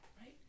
right